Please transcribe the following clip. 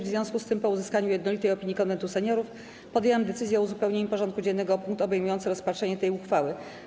W związku z tym, po uzyskaniu jednolitej opinii Konwentu Seniorów, podjęłam decyzję o uzupełnieniu porządku dziennego o punkt obejmujący rozpatrzenie tej uchwały.